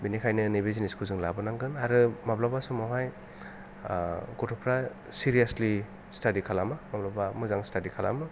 बेनिखायनो नैबे जिनिसखौ जों लाबोनांगोन आरो माब्लाबा समावहाय गथ'फ्रा सिरियासलि स्थादि खालामा माब्लाबा मोजां स्थादि खालामो